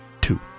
Two